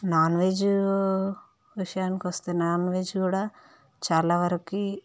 non veg విషయానికి వస్తే non veg కూడా చాలా వరికి